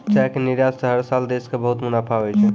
चाय के निर्यात स हर साल देश कॅ बहुत मुनाफा होय छै